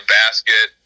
basket